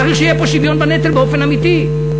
צריך שיהיה פה שוויון בנטל באופן אמיתי.